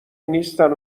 نیستن